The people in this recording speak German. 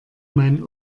mein